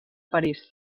parís